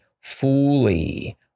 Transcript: fully